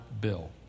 bill